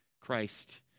Christ